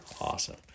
Awesome